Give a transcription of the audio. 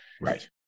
Right